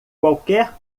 qualquer